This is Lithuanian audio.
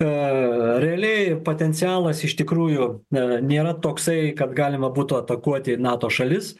o realiai potencialas iš tikrųjų nėra nėra toksai kad galima būtų atakuoti nato šalis